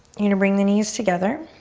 you're gonna bring the knees together.